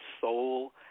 soul